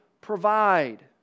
provide